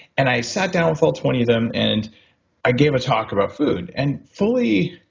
and i sat down with all twenty of them and i gave a talk about food and fully,